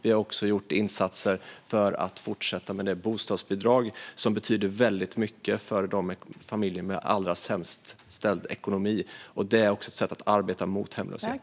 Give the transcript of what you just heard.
Vi har också gjort insatser för att fortsätta med det bostadsbidrag som betyder väldigt mycket för de familjer som har det allra sämst ställt ekonomiskt. Detta är också ett sätt att arbeta mot hemlöshet.